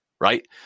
right